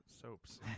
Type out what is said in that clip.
soaps